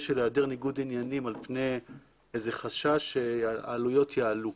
של היעדר ניגוד עניינים על פני איזה חשש שהעלויות יעלו.